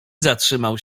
zatrzymał